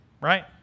right